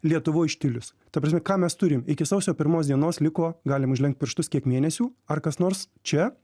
lietuvoj štilius ta prasme ką mes turim iki sausio pirmos dienos liko galim užlenkt pirštus kiek mėnesių ar kas nors čia